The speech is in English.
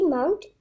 Mount